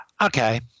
Okay